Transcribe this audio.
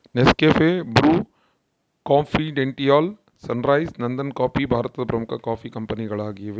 Nescafe, Bru, ಕಾಂಫಿಡೆಂಟಿಯಾಲ್, Sunrise, ನಂದನಕಾಫಿ ಭಾರತದ ಪ್ರಮುಖ ಕಾಫಿ ಕಂಪನಿಗಳಾಗಿವೆ